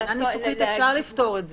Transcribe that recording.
מבחינה ניסוחית אפשר לפתור את זה,